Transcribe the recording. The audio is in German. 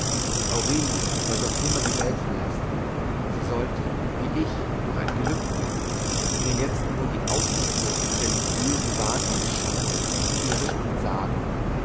aurelie sollte auf immer die welt verlassen sie sollte wie ich durch ein gelübde das mir jetzt nur die ausgeburt des religiösen wahnsinns schien dem irdischen entsagen